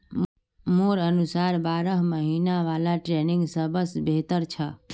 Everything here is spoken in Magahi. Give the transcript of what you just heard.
मोर अनुसार बारह महिना वाला ट्रेनिंग सबस बेहतर छ